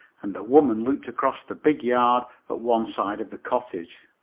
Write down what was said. and the woman looked across the big yard at one side of the cottage.